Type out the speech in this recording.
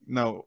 Now